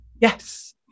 Yes